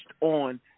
on